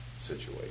situation